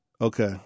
Okay